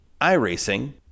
iRacing